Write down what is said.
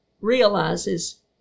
realizes